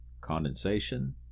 condensation